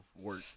work